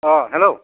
अ hello